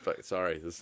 Sorry